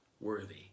worthy